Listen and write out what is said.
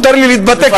מותר לי להתבטא ככה,